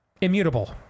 Immutable